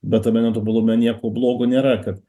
bet tame netobulume nieko blogo nėra kad